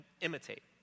imitate